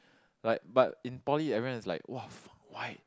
like but in poly everyone is like !wah! !fuck! why